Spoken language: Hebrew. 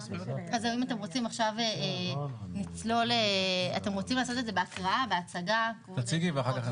אז עכשיו נצלול לזה, נסביר.